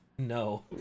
No